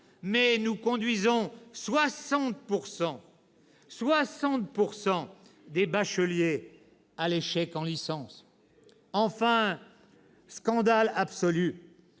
que nous conduisons 60 % de bacheliers à l'échec en licence !« Enfin, scandale absolu,